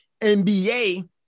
NBA